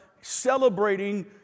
celebrating